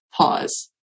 pause